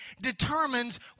determines